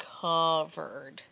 covered